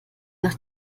nach